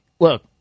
look